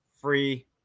free